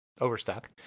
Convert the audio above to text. Overstock